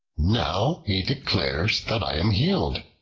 now he declares that i am healed.